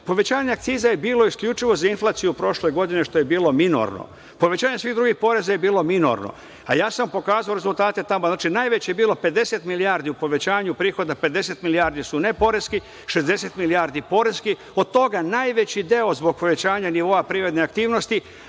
povećanje akciza je bilo isključivo za inflaciju prošle godine, što je bilo minorno. Povećanje svih ovih poreza je bilo minorno, ja sam pokazao rezultate tamo, znači najveći je bilo 50 milijardi u povećanju prihoda 50 milijardi su ne poreski, 60 milijardi poreski, od toga najveći deo zbog povećanja nivoa prirodne aktivnosti,